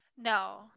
no